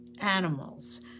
animals